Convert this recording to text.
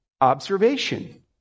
observation